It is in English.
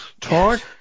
talk